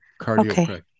Cardio